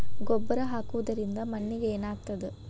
ಗೊಬ್ಬರ ಹಾಕುವುದರಿಂದ ಮಣ್ಣಿಗೆ ಏನಾಗ್ತದ?